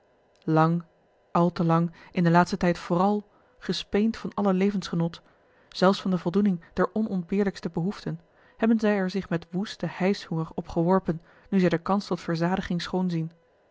lang al te lang in den laatsten tijd vooral gespeend van alle levensgenot zelfs van de voldoening der onontbeerlijkste behoeften hebben zij er zich met woesten heisshunger op geworpen nu zij de kans tot verzadiging schoon zien